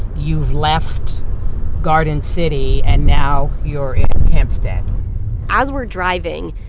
you've left garden city, and now you're in hempstead as we're driving,